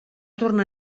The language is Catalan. tornar